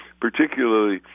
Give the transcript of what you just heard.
particularly